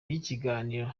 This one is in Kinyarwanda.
y’ikiganiro